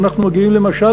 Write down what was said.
ואנחנו מגיעים למשל,